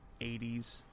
80s